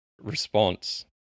response